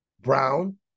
brown